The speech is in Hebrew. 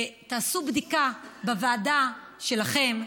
תעשו בדיקה בוועדה שלכם,